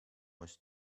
was